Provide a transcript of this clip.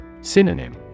Synonym